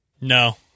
No